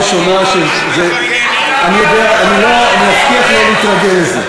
אני מבטיח לא להתרגז.